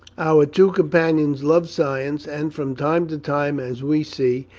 our two companions loved science, and from time to time, as we see,